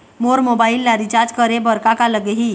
मोर mobile ला recharge करे बर का का लगही?